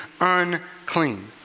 unclean